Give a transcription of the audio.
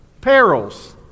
Perils